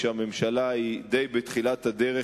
כשהממשלה היא די בתחילת הדרך